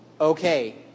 Okay